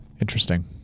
interesting